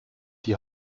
die